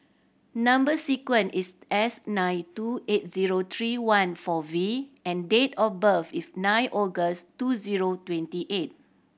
number sequence is S nine two eight zero three one four V and date of birth is nine August two zero twenty eight